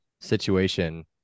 situation